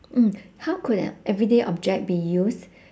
mm how could an everyday object be used